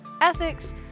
ethics